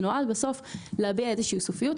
כלומר, זה נועד בסוף להביע איזושהי סופיות.